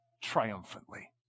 triumphantly